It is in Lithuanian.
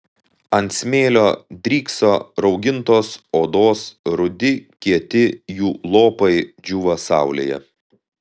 ant smėlio drykso raugintos odos rudi kieti jų lopai džiūva saulėje